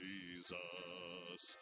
Jesus